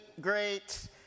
great